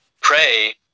pray